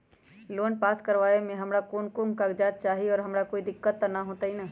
Loan pass करवावे में हमरा कौन कौन कागजात चाही और हमरा कोई दिक्कत त ना होतई?